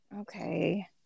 okay